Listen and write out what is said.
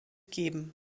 geben